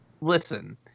Listen